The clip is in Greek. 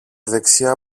δεξιά